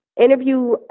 Interview